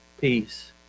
peace